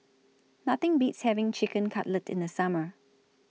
Nothing Beats having Chicken Cutlet in The Summer